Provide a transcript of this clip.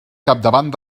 capdavant